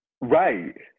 right